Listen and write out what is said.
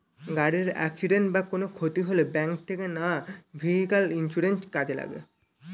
গাড়ির অ্যাকসিডেন্ট বা কোনো ক্ষতি হলে ব্যাংক থেকে নেওয়া ভেহিক্যাল ইন্সুরেন্স কাজে লাগে